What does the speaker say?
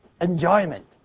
Enjoyment